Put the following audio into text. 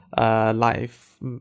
Life